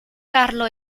carlo